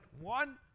one